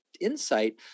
insight